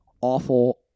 awful